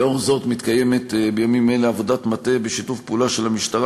לאור זאת מתקיימת בימים אלה עבודת מטה בשיתוף פעולה של המשטרה,